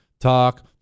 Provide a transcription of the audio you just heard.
talk